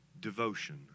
Devotion